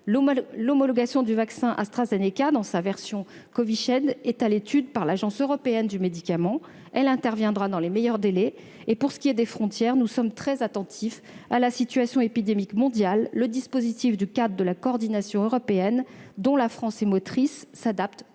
L'homologation du vaccin AstraZeneca dans sa version Covishield est à l'étude par l'Agence européenne des médicaments. Elle interviendra dans les meilleurs délais. Pour ce qui est des frontières, nous sommes très attentifs à la situation épidémique mondiale. Le dispositif-cadre de la coordination européenne, dont la France est motrice, s'adapte